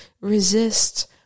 resist